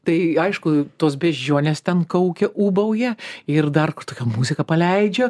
tai aišku tos beždžionės ten kaukia ūbauja ir dar tokią muziką paleidžia